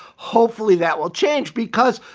hopefully that will change because